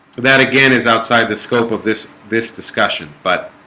that again is outside the scope of this this discussion, but